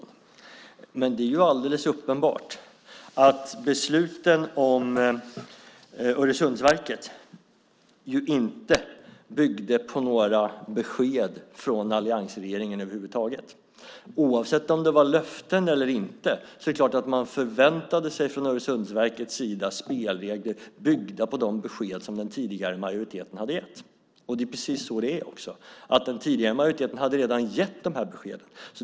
Men det är alldeles uppenbart att besluten om Öresundsverket inte byggde på några besked från alliansregeringen över huvud taget. Oavsett om det var löften eller inte är det klart att man från Öresundsverkets sida förväntade sig spelregler byggda på de besked som den tidigare majoriteten hade gett. Det är precis så det är. Den tidigare majoriteten hade redan gett de här beskeden.